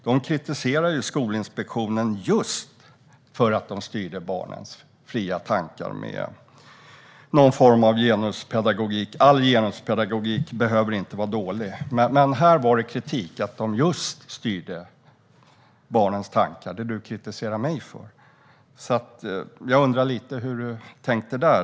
Där handlade Skolinspektionens kritik om att man styrde barnens tankar med någon form av genuspedagogik. All genuspedagogik behöver inte vara dålig, men här kom det kritik just mot att man styrde barnens tankar - det som du kritiserar mig för, Güclü Hedin. Jag undrar lite hur du tänkte där.